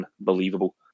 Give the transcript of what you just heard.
unbelievable